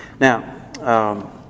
Now